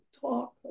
talk